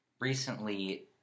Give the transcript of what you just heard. recently